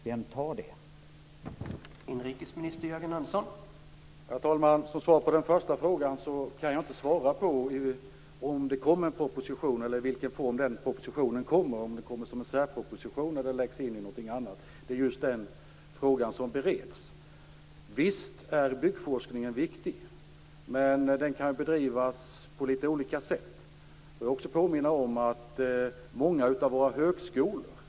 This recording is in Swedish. Vem tar det ansvaret?